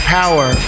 power